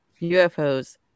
UFOs